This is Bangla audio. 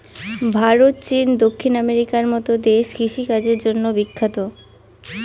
ভারত, চীন, দক্ষিণ আমেরিকার মতো দেশ কৃষিকাজের জন্য বিখ্যাত